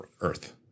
earth